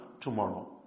Tomorrow